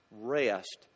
rest